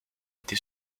été